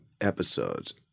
episodes